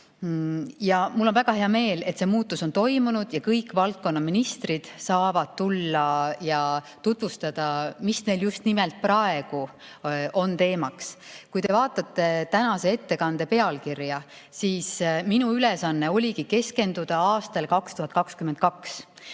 Ja mul on väga hea meel, et see muutus on toimunud ja kõik valdkonnaministrid saavad tulla ja tutvustada, mis neil just nimelt praegu on teemaks. Kui te vaatate tänase ettekande pealkirja, siis minu ülesanne oligi keskenduda aastale 2022.